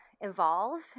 evolve